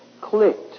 clicked